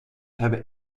hebben